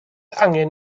angen